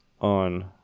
on